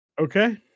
Okay